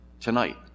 tonight